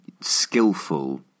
skillful